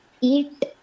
Eat